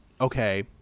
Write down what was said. okay